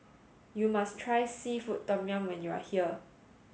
you must try seafood Tom Yum when you are here